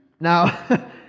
Now